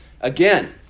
again